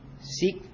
seek